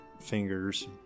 fingers